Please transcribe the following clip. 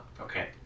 Okay